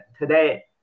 today